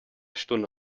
stunde